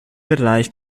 bereich